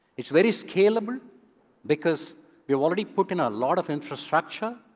it's very scalable because we have already put in a lot of infrastructure.